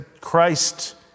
Christ